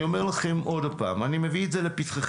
אני אומר לכם עוד פעם: אני מביא את זה לפתחכם.